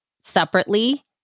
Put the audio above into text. separately